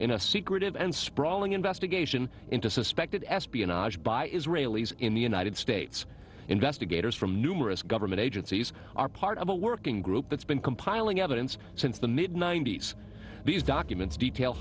in a secretive and sprawling investigation into suspected espionage by israelis in the united states investigators from numerous government agencies are part of a working group that's been compiling evidence since the mid ninety's these documents detail